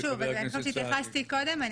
אז שוב, אני חושבת שהתייחסתי קודם.